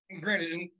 granted